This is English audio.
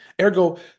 ergo